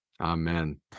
Amen